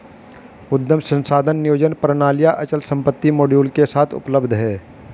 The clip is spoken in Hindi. उद्यम संसाधन नियोजन प्रणालियाँ अचल संपत्ति मॉड्यूल के साथ उपलब्ध हैं